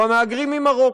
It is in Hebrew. או המהגרים ממרוקו.